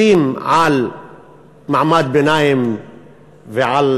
מסים על מעמד הביניים ועל